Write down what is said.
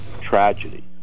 tragedy